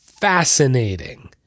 Fascinating